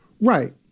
right